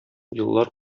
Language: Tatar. еллар